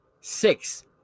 Six